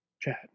chat